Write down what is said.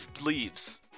leaves